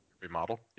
remodel